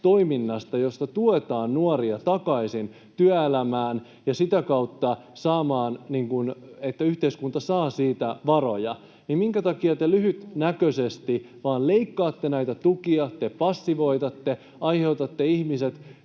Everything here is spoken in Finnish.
toiminnasta, jossa tuetaan nuoria takaisin työelämään ja josta sitä kautta yhteiskunta saa varoja? Minkä takia te lyhytnäköisesti vain leikkaatte näitä tukia? Te passivoitatte, saatatte ihmiset